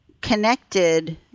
connected